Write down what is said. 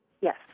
Yes